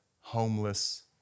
homeless